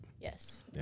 Yes